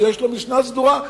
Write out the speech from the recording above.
שיש לו משנה סדורה,